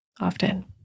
often